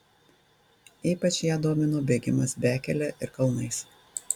ypač ją domino bėgimas bekele ir kalnais